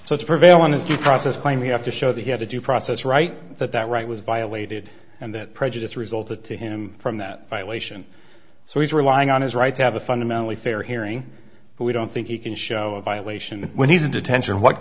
to prevail on his due process claim we have to show that he had a due process right that that right was violated and that prejudice resulted to him from that violation so he's relying on his right to have a fundamentally fair hearing but we don't think he can show a violation when he's in detention what